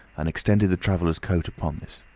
and extended the traveller's coat upon this.